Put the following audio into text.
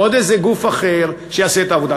עוד איזה גוף אחר שיעשה את העבודה.